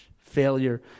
Failure